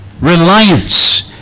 Reliance